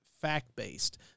fact-based